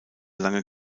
lange